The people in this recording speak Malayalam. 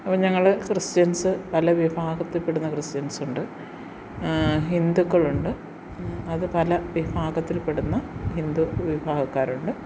അപ്പോള് ഞങ്ങള് ക്രിസ്ത്യൻസ് പല വിഭാഗത്തില്പ്പെടുന്ന ക്രിസ്ത്യൻസുണ്ട് ഹിന്ദുക്കളുണ്ട് അത് പല വിഭാഗത്തിൽപ്പെടുന്ന ഹിന്ദു വിഭാഗക്കാരുണ്ട്